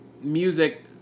music